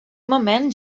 moment